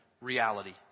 reality